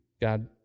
God